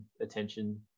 attention